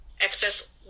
excess